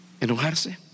Enojarse